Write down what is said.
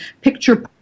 picture